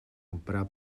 comprar